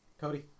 Cody